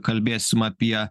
kalbėsim apie